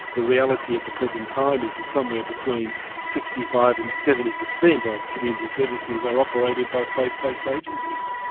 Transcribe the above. the reality at the present time is it's somewhere between sixty five and seventy per cent of community services are operated by faith-based agencies.